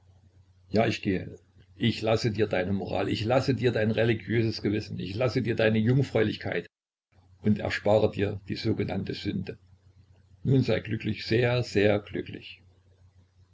ja ich gehe ich lasse dir deine moral ich lasse dir dein religiöses gewissen ich lasse dir deine jungfräulichkeit und erspare dir die sogenannte sünde nun sei glücklich sehr sehr glücklich